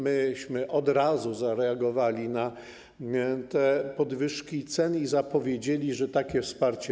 Myśmy od razu zareagowali na te podwyżki cen i zapowiedzieli takie wsparcie.